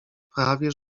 prawie